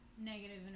negative